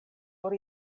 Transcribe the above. por